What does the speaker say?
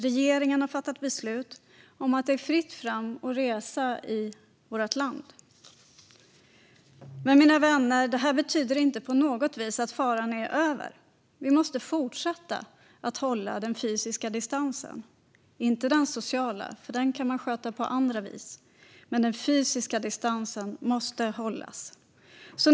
Regeringen har fattat beslut om att det är fritt fram att resa i vårt land. Men, mina vänner, detta betyder inte på något vis att faran är över. Vi måste fortsätta att hålla den fysiska distansen, inte den sociala, för den kan man sköta på annat vis. Men den fysiska distansen måste hållas.